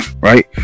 Right